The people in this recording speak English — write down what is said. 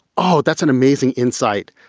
oh, that's an amazing insight.